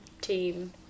team